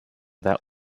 that